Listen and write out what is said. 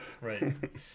Right